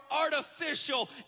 artificial